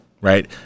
right